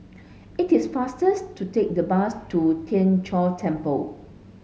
it is faster to take the bus to Tien Chor Temple